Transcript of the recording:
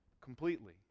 completely